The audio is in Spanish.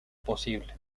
posible